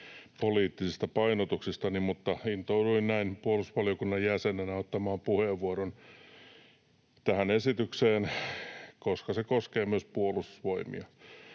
poliittisista painotuksistani, mutta intouduin näin puolustusvaliokunnan jäsenenä ottamaan puheenvuoron tähän esitykseen, koska se koskee myös Puolustusvoimia.